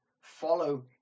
follow